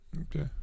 Okay